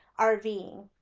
RVing